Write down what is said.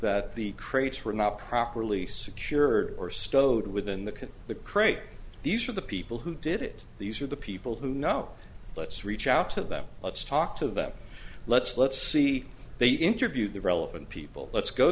that the crates were not properly secured or stowed within the can the crate these are the people who did it these are the people who know let's reach out to them let's talk to them let's let's see they interviewed the relevant people let's go